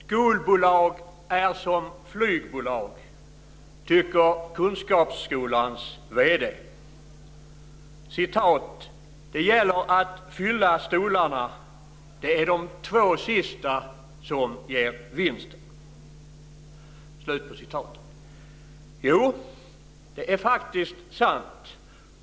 Herr talman! Skolbolag är som flygbolag, tycker Kunskapsskolans vd. "Det gäller att fylla stolarna. Det är de två sista som ger vinsten." Jo, det är faktiskt sant.